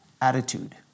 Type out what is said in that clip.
attitude